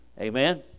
amen